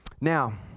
Now